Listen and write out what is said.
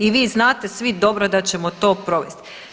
I vi znate svi dobro da ćemo to provesti.